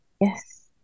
Yes